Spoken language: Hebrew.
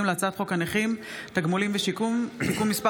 להצעת חוק הנכים (תגמולים ושיקום) (תיקון מס'